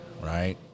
right